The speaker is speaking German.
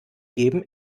geben